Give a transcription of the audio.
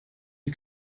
you